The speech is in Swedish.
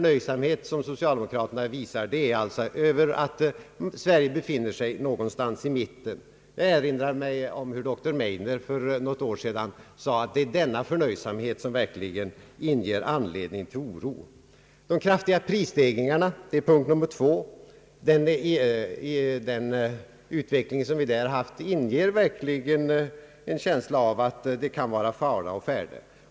Socialdemokraterna visar förnöjsamhet över att Sverige befinner sig någonstans i mitten, internationellt sett. Jag erinrar mig hur doktor Meidner för något år sedan sade, att det är denna förnöjsamhet som verkligen ger anledning till oro. De kraftiga prisstegringarna, som är vår punkt nummer två, inger verkligen en känsla av att det kan vara fara å färde.